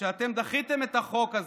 כשאתם דחיתם את החוק הזה,